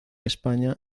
españa